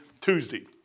Tuesday